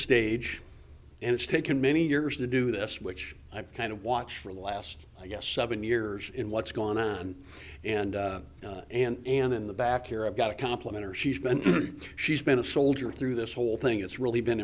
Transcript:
stage and it's taken many years to do this which i've kind of watch for the last yes seven years in what's gone on and and and in the back here i've got to compliment her she's been she's been a soldier through this whole thing it's really been